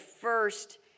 first